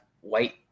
white